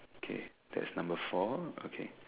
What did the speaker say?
kay that's number four okay